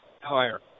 higher